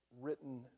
written